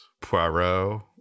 Poirot